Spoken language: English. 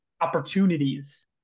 opportunities